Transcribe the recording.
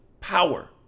power